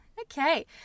Okay